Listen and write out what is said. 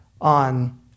on